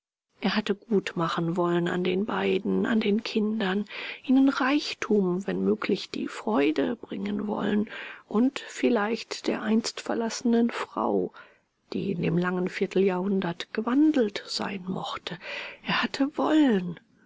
er hatte gutmachen wollen an den beiden an den kindern ihnen reichtum wenn möglich die freude bringen wollen und vielleicht der einst verlassenen frau die in dem langen vierteljahrhundert gewandelt sein mochte er hatte wollen